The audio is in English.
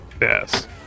Yes